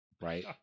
Right